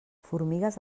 formigues